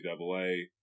NCAA